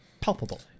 palpable